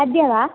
अद्य वा